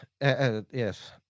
yes